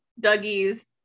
Dougie's